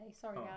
sorry